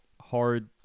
hard